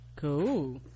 Cool